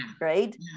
right